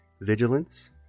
vigilance